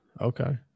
Okay